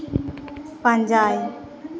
ᱯᱟᱸᱡᱟᱭ